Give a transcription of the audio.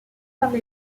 parmi